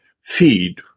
feed